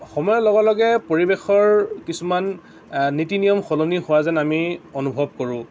সময়ৰ লগে লগে পৰিৱেশৰ কিছুমান নীতি নিয়ম সলনি হোৱা যেন আমি অনুভৱ কৰোঁ